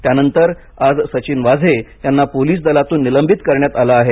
त्यानंतर आज सचिन वाझे यांना पोलीस दलातून निलंबित करण्यात आलं आहे